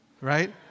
right